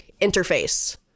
interface